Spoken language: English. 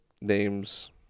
names